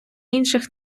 інших